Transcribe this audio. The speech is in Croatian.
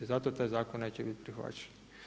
I zato taj zakon neće biti prihvaćen.